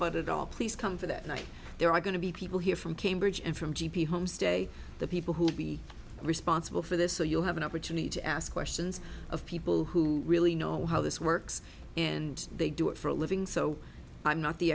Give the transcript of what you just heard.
about it all please come for that night there are going to be people here from cambridge and from g p homestay the people who will be responsible for this so you'll have an opportunity to ask questions of people who really know how this works and they do it for a living so i'm not the